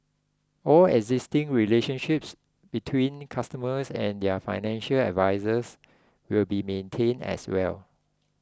all existing relationships between customers and their financial advisers will be maintained as well